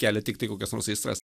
kelia tiktai kokias nors aistras